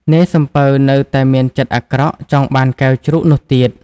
នាយសំពៅនៅតែមានចិត្តអាក្រក់ ចង់បានកែវជ្រូកនោះទៀត។